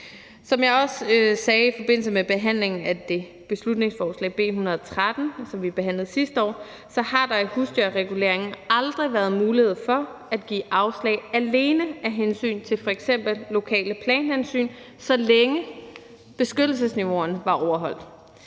Som jeg også sagde i forbindelse med behandlingen af det beslutningsforslag, B 113, som vi behandlede sidste år, så har der i husdyrreguleringen aldrig været mulighed for at give afslag alene af hensyn til f.eks. lokale planhensyn, så længe beskyttelsesniveauerne var overholdt.